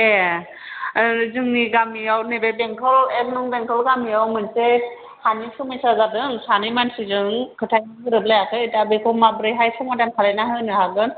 ए जोंनि गामियाव नैबे बेंटल एक नं बेंटल गामियाव मोनसे हानि समयसा जादों सानै मानसिजों खोथाजों गोरोबलायाखै दा बेखौ माबोरैहाय समाधान खालायना होनो हागोन